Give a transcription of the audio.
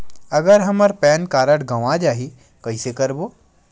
अगर हमर PAN card गवां जाही कइसे करबो?